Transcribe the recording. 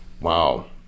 Wow